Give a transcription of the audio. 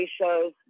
shows